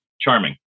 charming